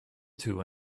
two